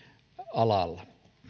alalla